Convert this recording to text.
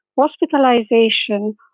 hospitalization